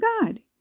God